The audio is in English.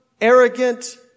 arrogant